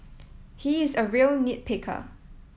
he is a real nit picker